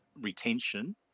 retention